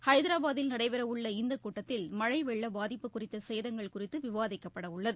ஹைதராபாத்தில் நடைபெறவுள்ள இந்த கூட்டத்தில் மழை வெள்ள பாதிப்பு குறித்த சேதங்கள் குறித்து விவாதிக்கப்பட உள்ளது